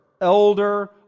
elder